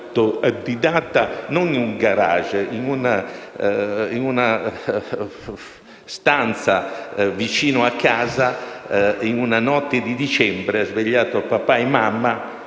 autodidatta, non in un garage ma in una stanza vicino a casa, in una notte di dicembre ha svegliato papà e mamma